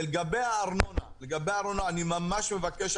ולגבי הארנונה אני ממש מבקש,